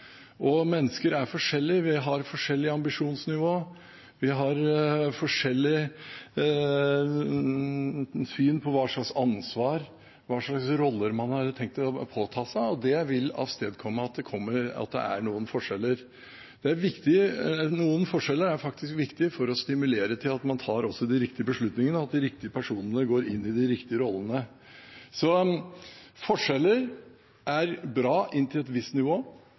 Mennesker er forskjellige, vi har forskjellig ambisjonsnivå, vi har forskjellig syn på hva slags ansvar, hva slags roller man har tenkt å påta seg, og det vil avstedkomme noen forskjeller. Noen forskjeller er faktisk viktige for å stimulere til at man tar de riktige beslutningene, at de riktige personene går inn i de riktige rollene. Så forskjeller er bra inntil et visst nivå,